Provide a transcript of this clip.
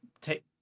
take